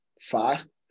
fast